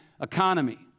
economy